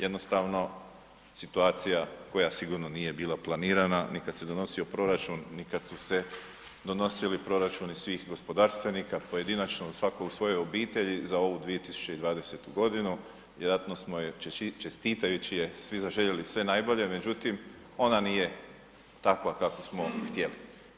Jednostavno, situacija koja sigurno nije bila planirana ni kad se donosio proračun ni kad su se donosili proračuni svih gospodarstvenika pojedinačno, svako u svojoj obitelji za ovu 2020. g., vjerojatno smo čestitajući je svi zaželjeli sve najbolje, međutim, ona nije takva kakvu smo htjeli.